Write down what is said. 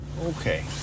Okay